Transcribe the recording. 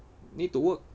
need to work